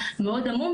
מאוד עמום,